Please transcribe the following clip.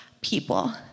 people